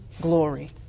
glory